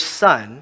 son